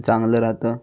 चांगलं राहतं